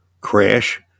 crash